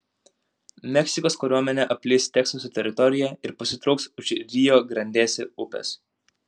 meksikos kariuomenė apleis teksaso teritoriją ir pasitrauks už rio grandėsi upės